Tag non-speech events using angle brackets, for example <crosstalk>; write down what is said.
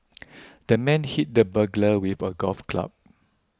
<noise> the man hit the burglar with a golf club